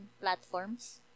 platforms